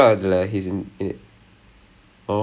sundara is also in this [one] ya